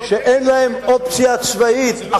שאין להם אופציה צבאית.